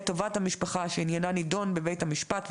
טובת המשפחה שעניינה נידון בבית המשפט,